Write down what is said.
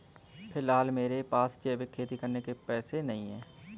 फिलहाल मेरे पास जैविक खेती करने के पैसे नहीं हैं